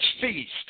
feast